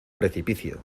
precipicio